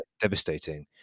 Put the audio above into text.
devastating